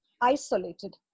isolated